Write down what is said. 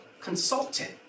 consultant